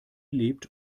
lebt